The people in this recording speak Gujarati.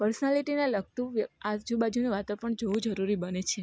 પર્સનાલિટીને લગતું આજુબાજુનું વાતાવરણ પણ જોવું જરૂરી બને છે